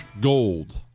gold